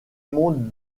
monde